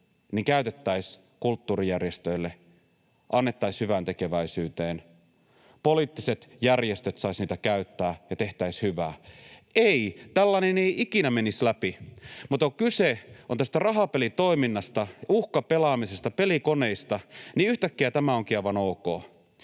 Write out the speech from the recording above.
käytettäisiin kulttuurijärjestöille, annettaisiin hyväntekeväisyyteen, poliittiset järjestöt saisivat niitä käyttää ja tehtäisiin hyvää. Ei, tällainen ei ikinä menisi läpi, mutta kun kyse on tästä rahapelitoiminnasta, uhkapelaamisesta, pelikoneista, niin yhtäkkiä tämä onkin aivan ok.